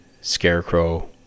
scarecrow